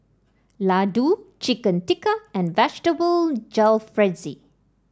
Ladoo Chicken Tikka and Vegetable Jalfrezi